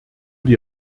die